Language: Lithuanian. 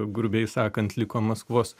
grubiai sakant liko maskvos